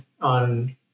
on